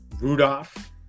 Rudolph